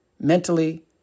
mentally